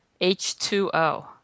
H2O